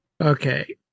okay